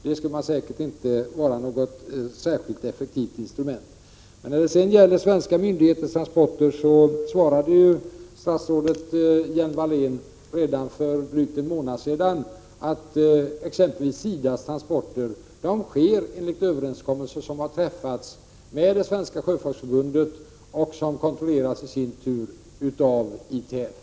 Det är inte något särskilt effektivt instrument. Vad sedan gäller svenska myndigheters transporter svarade statsrådet Lena Hjelm-Wallén redan för drygt en månad sedan att exempelvis SIDA:s transporter sker enligt överenskommelser som har träffats med Svenska sjöfolksförbundet och att fartygen kontrolleras av ITF.